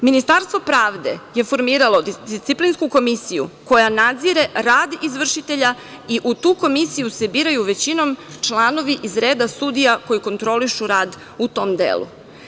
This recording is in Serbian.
Ministarstvo pravde je formiralo disciplinsku komisiju koja nadzire rad izvršitelja i u tu komisiju se biraju većinom članovi iz reda sudija koji kontrolišu rad u tom delu.